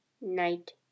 night